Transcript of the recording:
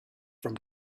from